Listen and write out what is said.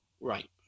Right